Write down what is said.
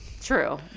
True